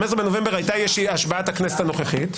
השבעת הכנסת הנוכחית.